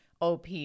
OP